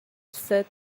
said